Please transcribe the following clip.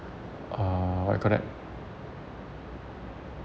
uh what you call that